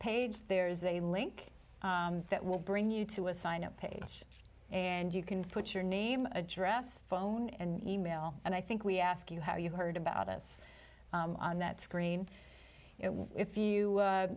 page there is a link that will bring you to a sign up page and you can put your name address phone and e mail and i think we ask you how you heard about it on that screen it will if you